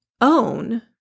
own